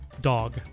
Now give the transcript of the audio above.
dog